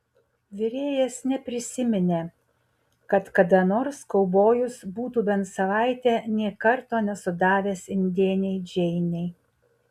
virėjas neprisiminė kad kada nors kaubojus būtų bent savaitę nė karto nesudavęs indėnei džeinei